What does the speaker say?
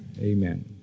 Amen